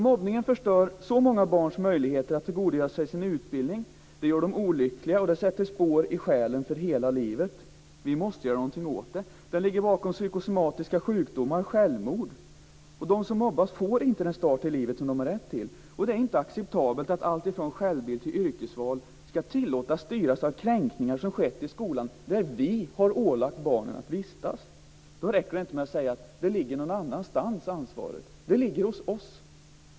Mobbningen förstör så många barns möjligheter att tillgodogöra sig sin utbildning. Den gör dem olyckliga och sätter spår i själen hela livet. Vi måste göra något åt detta. Mobbning ligger bakom psykosomatiska sjukdomar och självmord, och de som mobbas får inte den start i livet som de har rätt till. Det är inte acceptabelt att alltifrån självbild till yrkesval ska tillåtas att styras av kränkningar som skett i skolan som vi har ålagt barnen att vistas i. Då räcker det inte med att säga att ansvaret ligger någon annanstans. Det ligger hos oss!